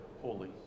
holy